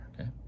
okay